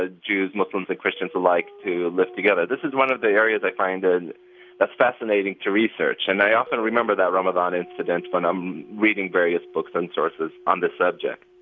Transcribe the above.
ah jews, muslims, and christians alike to live together. this is one of the areas i find ah and that's fascinating to research. and i often remember that ramadan incident when i'm reading various books and sources on the subject